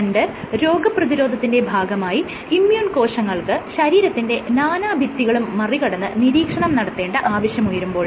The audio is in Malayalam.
രണ്ട് രോഗപ്രതിരോധത്തിന്റെ ഭാഗമായി ഇമ്മ്യൂൺ കോശങ്ങൾക്ക് ശരീരത്തിന്റെ നാനാഭിത്തികളും മറികടന്ന് നിരീക്ഷണം നടത്തേണ്ട ആവശ്യം ഉയരുമ്പോൾ